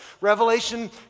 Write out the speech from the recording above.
Revelation